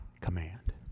command